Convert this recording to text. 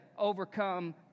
overcome